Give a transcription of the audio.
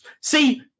See